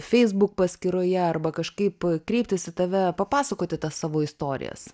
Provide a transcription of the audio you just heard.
feisbuk paskyroje arba kažkaip kreiptis į tave papasakoti tas savo istorijas